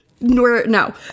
No